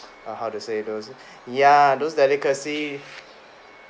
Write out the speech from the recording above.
err how to say those ya those delicacy